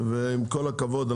עם כל הכבוד,